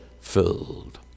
filled